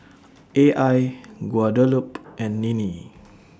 A I Guadalupe and Ninnie